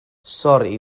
sori